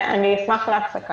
אני אשמח להפסקה.